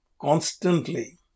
constantly